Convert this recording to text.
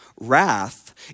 Wrath